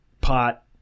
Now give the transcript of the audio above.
pot